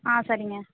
ஆ சரிங்க